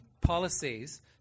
policies